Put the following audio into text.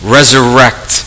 Resurrect